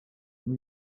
new